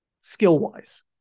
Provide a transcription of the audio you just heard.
skill-wise